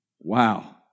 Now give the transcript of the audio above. wow